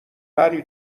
پری